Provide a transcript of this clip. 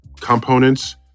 components